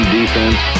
defense